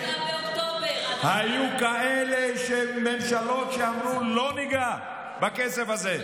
היו כאלה ממשלות שאמרו: לא ניגע בכסף הזה.